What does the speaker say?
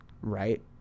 right